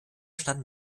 standen